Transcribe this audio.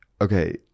Okay